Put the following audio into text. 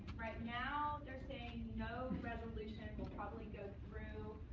right now, they're saying no resolution will probably go through.